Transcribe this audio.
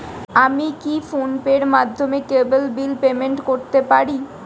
আমি কি ফোন পের মাধ্যমে কেবল বিল পেমেন্ট করতে পারি?